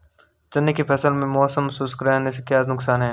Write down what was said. चने की फसल में मौसम शुष्क रहने से क्या नुकसान है?